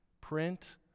print